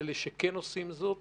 לאלה שעושים זאת